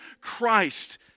Christ